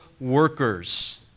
workers